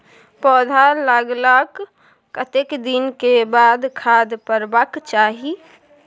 पौधा लागलाक कतेक दिन के बाद खाद परबाक चाही?